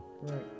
Right